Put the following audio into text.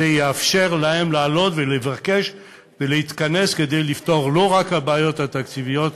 זה יאפשר להם לעלות ולבקש ולהתכנס כדי לפתור לא רק את הבעיות התקציביות,